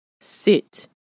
sit